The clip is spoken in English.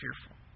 fearful